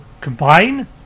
combine